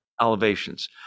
elevations